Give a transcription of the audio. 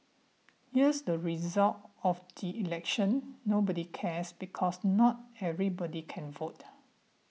here's the result of the election nobody cares because not everybody can vote